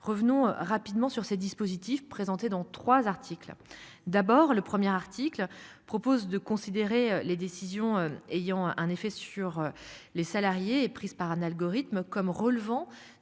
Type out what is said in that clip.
revenons rapidement sur ces dispositifs présentés dans 3 articles d'abord le premier article propose de considérer les décisions ayant un effet sur les salariés et prise par un algorithme comme relevant